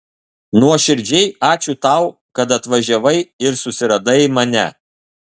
nuoširdžiai ačiū tau kad atvažiavai ir susiradai mane